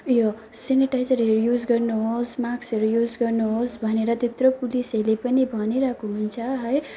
यो सेनेटाइजरहरू युज गर्नुहोस् माक्सहरू युज गर्नुहोस् भनेर त्यत्रो पुलिसहरूले पनि भनिरहेको हुन्छ है